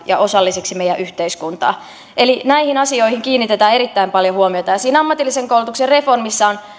ja osallisiksi meidän yhteiskuntaan eli näihin asioihin kiinnitetään erittäin paljon huomiota siinä ammatillisen koulutuksen reformissa on